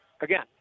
again